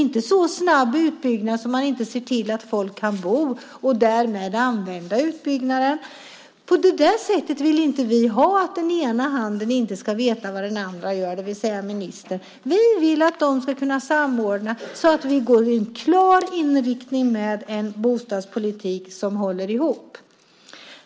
Men man såg inte till att folk hade någonstans att bo så att utbyggnaden av antalet platser därmed kunde utnyttjas. På det sättet vill vi inte ha det, alltså att den ena handen inte vet vad den andra, det vill säga ministern, gör. Vi vill kunna samordna detta så att vi får en klar inriktning med en bostadspolitik som håller ihop.